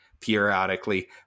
periodically